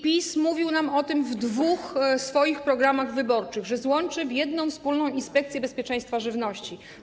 PiS mówił nam o tym w dwóch swoich programach wyborczych, że złączy je w jedną wspólną inspekcję bezpieczeństwa żywności.